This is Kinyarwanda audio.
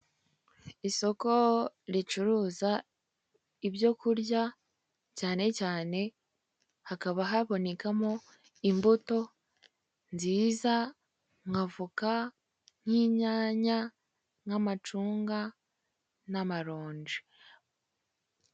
Isoko ricuruza ibyo kurya cyane cyane hakaba habonekamo imbuto nziza nka voka, nk'inyanya, nk'amacunga n'amaronji.